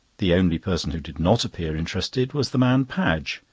the only person who did not appear interested was the man padge,